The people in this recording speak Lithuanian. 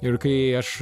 ir kai aš